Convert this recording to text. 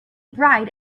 bride